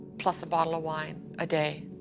plus a bottle of wine, a day.